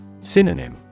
Synonym